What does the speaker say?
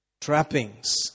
Trappings